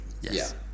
Yes